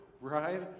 right